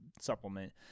supplement